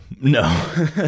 No